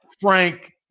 Frank